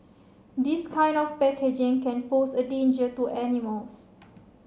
this kind of packaging can pose a danger to animals